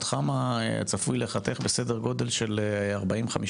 חמ"ע צפוי להיחתך בסדר גודל של 40%-50%.